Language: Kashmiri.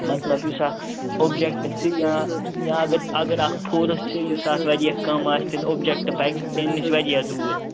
مَطلَب یُس اکھ اوٚبجَکٹ چھُ یا یا اگر اگر اکھ فورُس چھُ یُس اتھ واریاہ کم آسہِ تیٚلہِ اوٚبجَکٹ پَکہِ تیٚلہِ تمہِ نِش واریاہ دوٗر